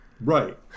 right